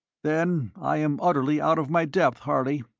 then i am utterly out of my depth, harley.